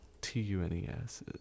T-U-N-E-S